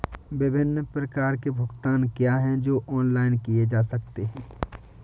विभिन्न प्रकार के भुगतान क्या हैं जो ऑनलाइन किए जा सकते हैं?